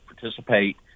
participate